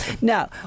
Now